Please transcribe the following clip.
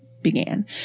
began